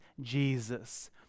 Jesus